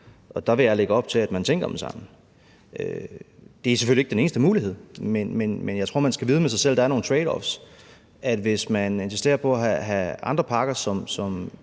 Der vil jeg lægge op til, at man tænker dem sammen. Det er selvfølgelig ikke den eneste mulighed, men jeg tror man skal vide med sig selv, at der er noget tradeoff. Hvis man insisterer på at have andre pakker, som